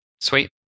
Sweet